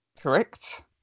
Correct